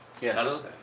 Yes